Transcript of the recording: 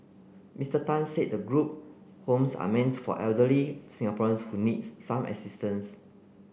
Mister Tan said the group homes are meant for elderly Singaporeans who need some assistance